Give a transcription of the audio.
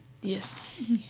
Yes